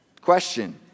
Question